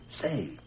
Say